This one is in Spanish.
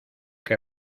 que